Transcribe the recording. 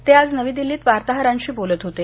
ते आज नवी दिल्लीत वार्ताहरांशी बोलत होते